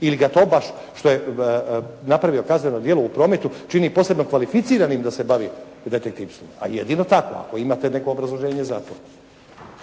Ili ga to baš što je napravio kazneno djelo u prometu čini posebno kvalificiranim da se bavi i detektivstvom, a jedino tako. Ako imate neko obrazloženje za to.